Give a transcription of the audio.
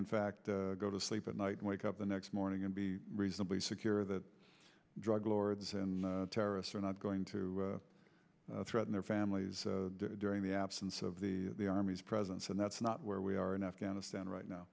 in fact go to sleep at night wake up the next morning and be reasonably secure that drug lords and terrorists are not going to threaten their families during the absence of the the army's presence and that's not where we are in afghanistan right now